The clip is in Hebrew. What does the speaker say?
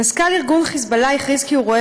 "מזכ"ל ארגון 'חיזבאללה' הכריז כי הוא רואה